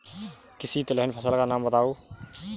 किसी तिलहन फसल का नाम बताओ